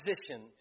position